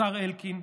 השר אלקין,